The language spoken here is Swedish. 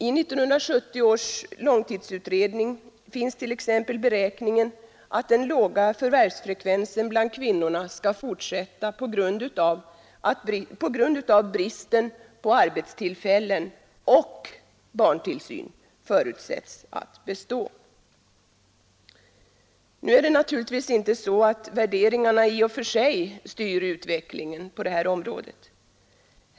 I 1970 års långtidsutredning finns t.ex. beräkningen att den låga förvärvsfrekvensen bland kvinnorna skall fortsätta på grund av att bristen på arbetstillfällen och barntillsyn förutsätts bestå. Det är naturligtvis inte så att värderingarna i och för sig styr utvecklingen på det här området.